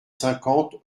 cinquante